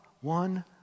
one